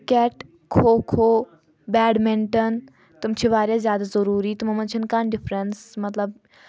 cricket kho kho badminton تٔمۍ چھِ واریاہ زیادٕ ضروٗری تِمَن منٛز چھنہٕ کانٛہہ ڈِفرَنٕس مطلب